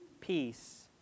peace